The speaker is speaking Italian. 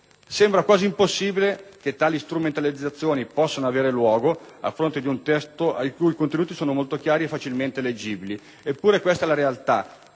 Sembra quasi impossibile che tali strumentalizzazioni possano avere luogo a fronte di un testo i cui contenuti sono molto chiari e facilmente leggibili. Eppure, questa è la realtà